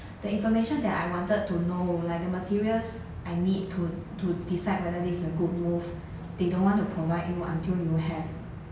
the information that I wanted to know like the materials I need to to decide whether this is a good move they don't want to provide you until you have